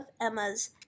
Emma's